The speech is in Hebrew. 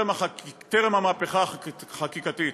טרם המהפכה החקיקתית,